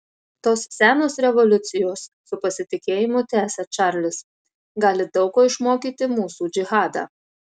tos senos revoliucijos su pasitikėjimu tęsia čarlis gali daug ko išmokyti mūsų džihadą